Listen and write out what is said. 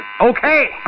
Okay